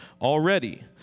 already